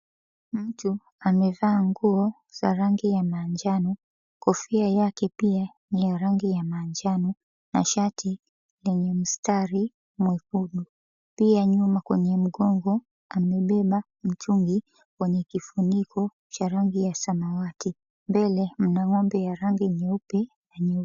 Mtu amevaa nguo za rangi za manjano. Kofia yake pia ni ya rangi ya manjano na shati yenye mistari miekundu. Pia nyuma kwenye mgongo amebeba mtungi wenye kifuniko cha rangi ya samawati. Mbele mna ng'ombe ya rangi nyeupe yenye...